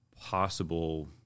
possible